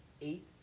eight